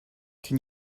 can